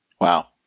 Wow